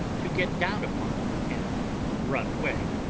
to get down upon, and run away.